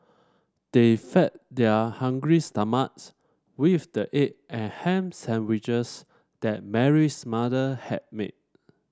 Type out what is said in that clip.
they fed their hungry stomachs with the egg and ham sandwiches that Mary's mother had made